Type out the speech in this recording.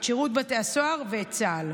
את שירות בתי הסוהר ואת צה"ל,